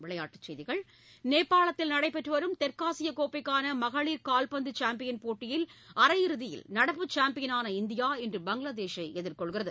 விளையாட்டுச் செய்திகள் நேபாளத்தில் நடைபெற்றுவரும் தெற்காசிய கோப்பைக்கான மகளிர் காவ்பந்து சாம்பியன் போட்டியில் அரையிறுதியில் நடப்பு சாம்பியனான இந்தியா இன்று பங்களாதேஷை எதிர்கொள்கிறது